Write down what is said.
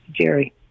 Jerry